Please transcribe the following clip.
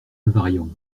invariants